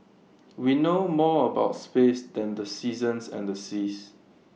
we know more about space than the seasons and the seas